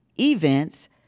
events